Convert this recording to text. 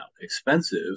expensive